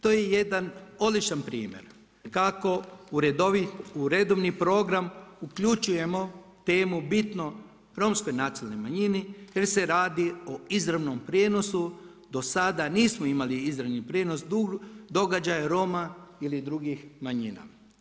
To je jedan odličan primjer kako u redovni program uključujemo temu bitnu romskoj nacionalnoj manjini jer se radi o izravnom prijenosu do sada nismo imali izravni prijenos događaja Roma ili drugih manjina.